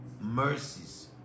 mercies